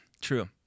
true